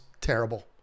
terrible